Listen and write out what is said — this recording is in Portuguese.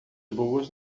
boas